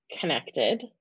connected